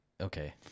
Okay